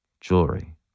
jewelry